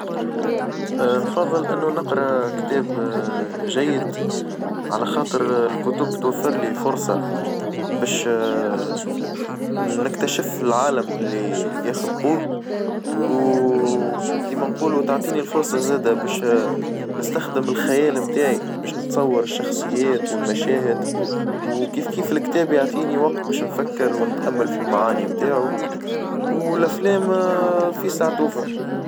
اه نفظل إنو نقرا كتاب جيد، على خاطر الكتب توفر لي فرصة باش نكتشف العالم الي يخلقوه، و كيما نقولو تعطيني الفرصة زادا باش نستخدم الخيال متاعي باش نتصور الشخصيات والمشاهد وكيف كيف الكتاب يعطيني وقت باش نفكر ونتأمل في المعاني متاعو والأفلام في ساع توفى.